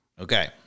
okay